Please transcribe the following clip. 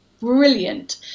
brilliant